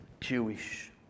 Jewish